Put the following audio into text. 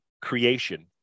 creation